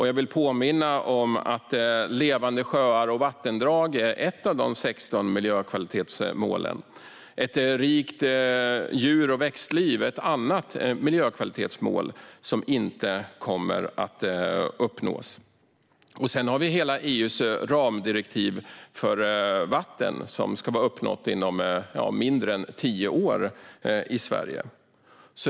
Jag vill påminna om att Levande sjöar och vattendrag är ett av de 16 miljökvalitetsmålen. Ett rikt djur och växtliv är ett annat miljökvalitetsmål som inte kommer att uppnås. Sedan har vi hela EU:s ramdirektiv för vatten, som ska vara uppnått inom mindre än tio år i Sverige.